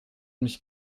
mich